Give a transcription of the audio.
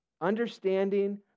Understanding